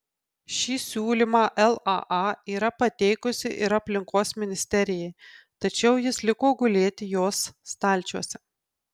šį siūlymą laa yra pateikusi ir aplinkos ministerijai tačiau jis liko gulėti jos stalčiuose